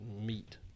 meat